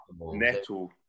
Neto